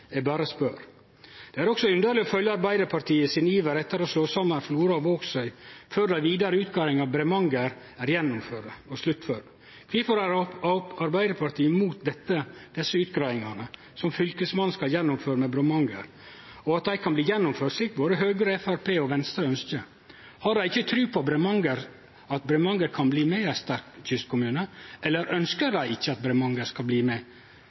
Eg berre spør. Det er også underleg å følgje Arbeidarpartiets iver etter å slå saman Flora og Vågsøy før dei vidare utgreiingane med Bremanger er sluttførde. Kvifor er Arbeidarpartiet imot desse utgreiingane som Fylkesmannen skal gjennomføre med Bremanger, og at dei kan bli gjennomførte, slik både Høgre, Framstegspartiet og Venstre ønskjer? Har dei ikkje tru på at Bremanger kan bli med i ein sterk kystkommune, eller ønskjer dei ikkje at Bremanger skal bli med?